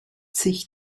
sich